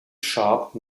sharp